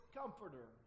comforter